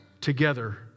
together